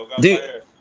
Dude